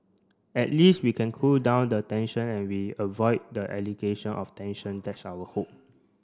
at least we can cool down the tension and we avoid the allegation of tension that's our hope